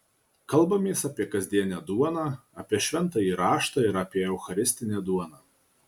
kalbamės apie kasdienę duoną apie šventąjį raštą ir apie eucharistinę duoną